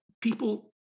people